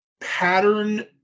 pattern